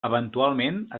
eventualment